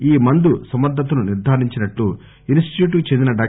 ఈ మందు సమర్గతను నిర్ధారించినట్లు ఇన్ స్టిట్యూట్ కు చెందిన డా